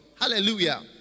Hallelujah